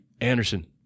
Anderson